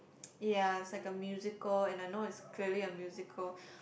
ya it's like a musical and I know it's clearly a musicial